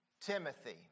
Timothy